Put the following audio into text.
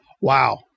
wow